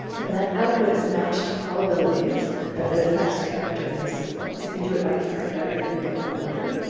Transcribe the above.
and that output is matched to probabilities that they're the next character in the sequence. you can do it by character or you can do it by word.